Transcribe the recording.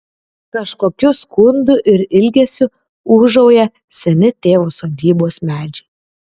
kažkokiu skundu ir ilgesiu ūžauja seni tėvo sodybos medžiai